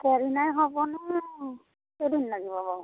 একেদিনাই হ'বনে কেইদিন লাগিব বাৰু